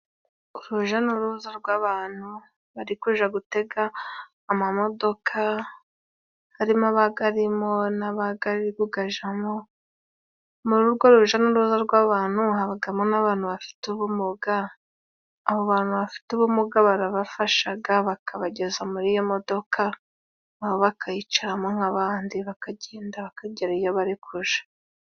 Urujya n'uruza rw'abantu bari kujya gutega amamodoka harimo abayarimo n'abari kuyajyaymo. Muri urwo rujya n'uruza rw'abantu habamo n'abantu bafite ubumuga. Abo bantu bafite ubumuga barabafasha bakabageza muri iyo modoka bakayicaramo nk'abandi, bakagenda bakagera iyo bari kujya.